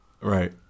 Right